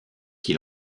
qui